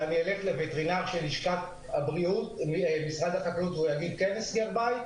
ואני אלך לווטרינר של לשכת הבריאות והוא יגיד כן להסגר בית?